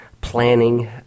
planning